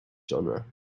genre